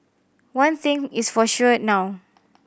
one thing is for sure now